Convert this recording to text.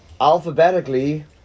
Alphabetically